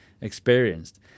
experienced